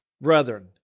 brethren